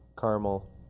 caramel